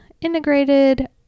integrated